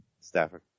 Stafford